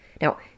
Now